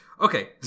Okay